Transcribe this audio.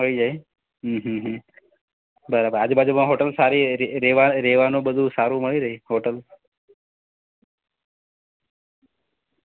થઈ જાય હમ હમહમ બરાબર આજુબાજુમાં હોટલ સારી રહેવા રહેવાનું બધું સારું મળી રહે હોટલ